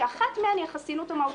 כשאחת מהן היא החסינות המהותית.